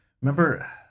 Remember